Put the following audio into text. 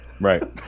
Right